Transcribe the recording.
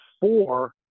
four